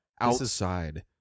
outside